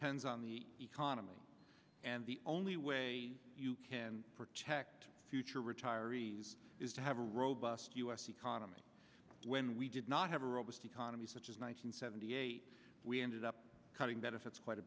spends on the economy and the only way you can protect future retirees is to have a robust u s economy when we did not have a robust economy such as one hundred seventy eight we ended up cutting benefits quite a